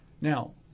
Now